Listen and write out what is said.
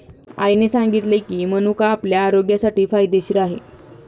आईने सांगितले की, मनुका आपल्या आरोग्यासाठी फायदेशीर आहे